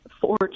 four